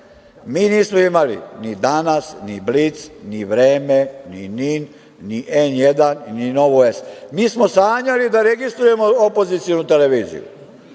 mi nismo imali ni „Danas“, ni „Blic“, ni „Vreme“, ni „Nin“, ni „N1“, ni „Novu S“.Mi smo sanjali da registrujemo opozicionu televiziju.